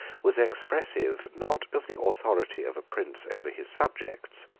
was expressive, not of the authority of a prince over his subjects,